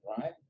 right